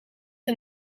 een